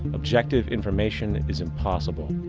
objective information is impossible.